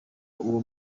uwo